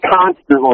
constantly